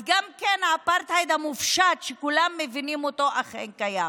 אז גם האפרטהייד המופשט, שכולם מבינים, אכן קיים.